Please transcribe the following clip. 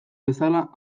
bezala